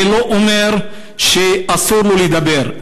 זה לא אומר שאסור לו לדבר,